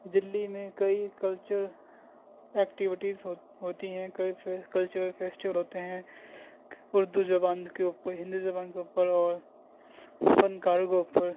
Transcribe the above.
دلی میں کئی culture activities ہو ہوتی ہیں کئی کلچرل فیسٹیول ہوتے ہیں اردو زبان کے اوپر ہندی زبان کے اوپر اور فن کاروں کے اوپر